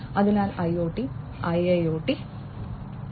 അതിനാൽ IoT IIoT Industry 4